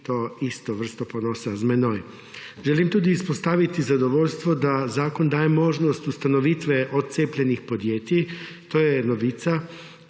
to isto vrsto ponosa z menoj. Želim tudi izpostaviti zadovoljstvo, da zakon daje možnost ustanovitve odcepljenih podjetij. To je novica,